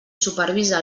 supervisa